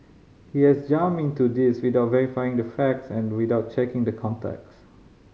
he has jumped into this without verifying the facts and without checking the context